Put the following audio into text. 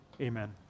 amen